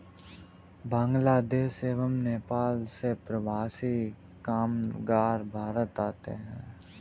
बांग्लादेश एवं नेपाल से प्रवासी कामगार भारत आते हैं